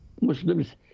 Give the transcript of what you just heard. Muslims